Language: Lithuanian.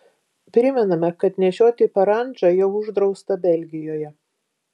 primename kad nešioti parandžą jau uždrausta belgijoje